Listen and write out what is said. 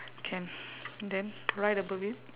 can then right above it